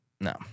no